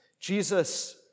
Jesus